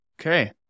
Okay